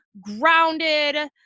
grounded